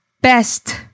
best